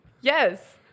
Yes